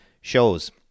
shows